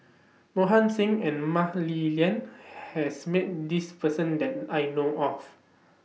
Mohan Singh and Mah Li Lian has Met This Person that I know of